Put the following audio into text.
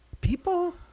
People